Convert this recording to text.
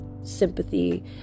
sympathy